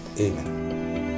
Amen